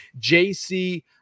JC